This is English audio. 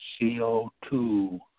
CO2